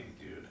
dude